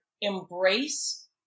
embrace